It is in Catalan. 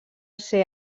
ser